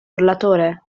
urlatore